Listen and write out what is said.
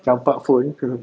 campak phone ke